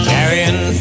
Carrying